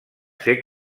ser